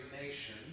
nation